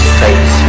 face